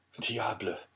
Diable